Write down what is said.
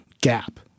gap